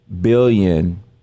billion